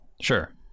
Sure